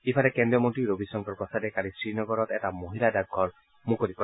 ইফালে কেন্দ্ৰীয় মন্ত্ৰী ৰবিশংকৰ প্ৰসাদে কালি শ্ৰীনগৰত মহিলা ডাকঘৰ মুকলি কৰে